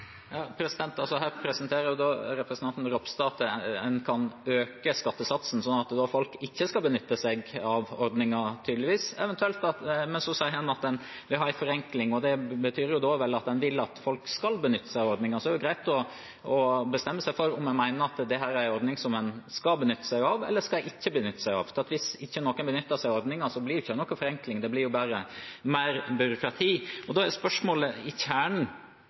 Her presenterer representanten Ropstad at en kan øke skattesatsen, sånn at folk ikke skal benytte seg av ordningen, tydeligvis. Men så sier han at en vil ha en forenkling. Det betyr vel at en vil at folk skal benytte seg av ordningen. Det hadde vært greit å bestemme seg for om en mener at det er en ordning en skal benytte seg av, eller ikke benytte seg av. Hvis ikke noen benytter seg av ordningen, blir det ikke noen forenkling, det blir bare mer byråkrati. Da er kjernen i